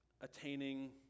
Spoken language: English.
attaining